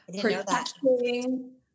protecting